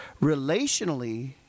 Relationally